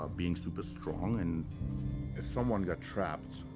being super-strong, and if someone got trapped,